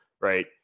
right